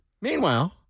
Meanwhile